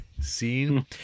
scene